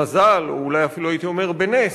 במזל, אולי אפילו הייתי אומר בנס,